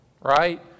right